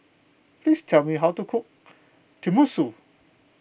please tell me how to cook Tenmusu